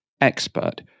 expert